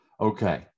okay